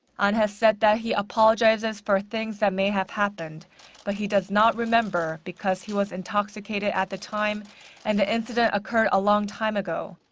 ahn has said that he apologizes for things that may have happened but he does not remember because he was intoxicated at the time and the incident occurred a long time ago.